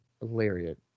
lariat